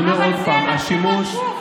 אבל זה מצלמת גוף,